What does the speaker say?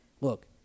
Look